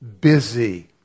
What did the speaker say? busy